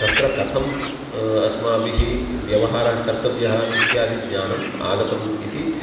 तत्र कथं अस्माभिः व्यवहारः कर्तव्यः इत्यादिज्ञानम् आगतम् इति